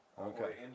okay